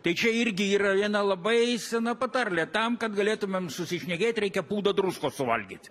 tai čia irgi yra viena labai sena patarlė tam kad galėtumėm susišnekėt reikia pūdą druskos suvalgyt